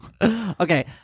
Okay